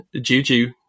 Juju